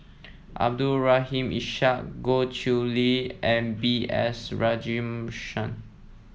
Abdul Rahim Ishak Goh Chiew Lye and B S Rajhans